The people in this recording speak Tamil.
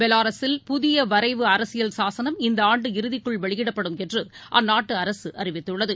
பெலாரஸில் புதியவரைவு அரசியல் சாசனம் இந்தஆண்டு இறுதிக்குள் வெளியிடப்படும் என்றுஅந்நாட்டுஅரசுஅறிவித்துள்ளது